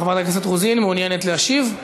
חברת הכנסת רוזין, מעוניינת להשיב?